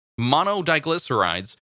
monodiglycerides